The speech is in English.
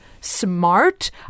smart